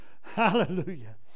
hallelujah